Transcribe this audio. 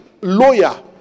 lawyer